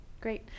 Great